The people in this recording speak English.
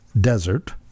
desert